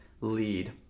lead